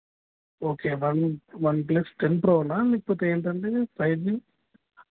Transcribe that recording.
okay ma'am OnePlus ten ప్రోనా లేకపోతే ఏంటండి ప్రైసు